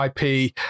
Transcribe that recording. IP